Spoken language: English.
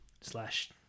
slash